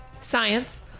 science